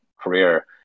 career